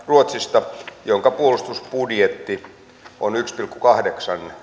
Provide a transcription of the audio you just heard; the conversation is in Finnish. ruotsista jonka puolustusbudjetti on yksi pilkku kahdeksan